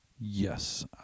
Yes